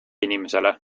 inimesele